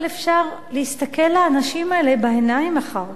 להסתכל לאנשים האלה בעיניים אחר כך?